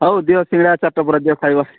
ହଉ ଦିଅ ସିଙ୍ଗଡ଼ା ଚାରିଟା ବରା ଦିଅ ଖାଇବା